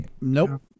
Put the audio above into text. Nope